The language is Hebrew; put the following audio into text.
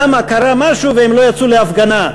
למה קרה משהו והם לא יצאו להפגנה?